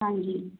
ਹਾਂਜੀ